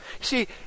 See